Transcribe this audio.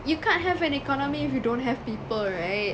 you can't have an economy if you don't have people right